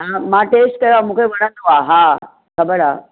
हा मां टेस्ट कयो आहे मूंखे वणंदो आहे हा ख़बर आहे